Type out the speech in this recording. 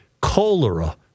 cholera